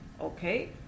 okay